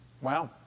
Wow